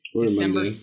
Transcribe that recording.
December